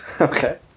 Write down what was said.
Okay